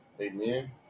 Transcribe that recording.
Amen